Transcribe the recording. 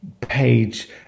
page